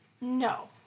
No